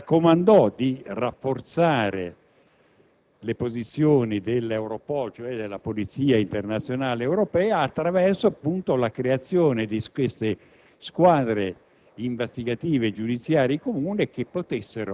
dove la Presidenza raccomandò di rafforzare le posizioni dell'Europol, cioè della polizia internazionale europea, attraverso appunto la creazione di squadre